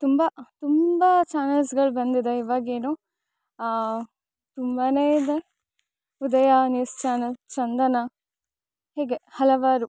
ತುಂಬ ತುಂಬ ಚಾನಲ್ಸ್ಗಳು ಬಂದಿದೆ ಇವಾಗೇನು ತುಂಬಾ ಇದೆ ಉದಯ ನ್ಯೂಸ್ ಚಾನಲ್ ಚಂದನ ಹೀಗೆ ಹಲವಾರು